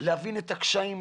להבין את הקשיים,